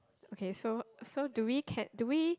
okay so so do we can do we